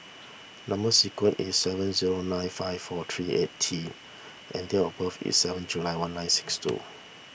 Number Sequence is S seven zero nine five four three eight T and date of birth is seven July one nine six two